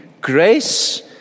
grace